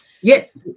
Yes